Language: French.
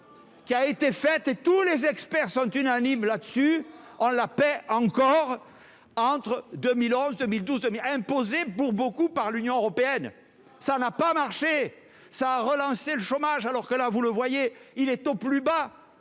qui a été fait et tous les experts sont unanimes là-dessus, on la paie encore entre 2011, 2000 12000 imposé pour beaucoup par l'Union européenne, ça n'a pas marché ça a relancé le chômage alors que là, vous le voyez, il est au plus bas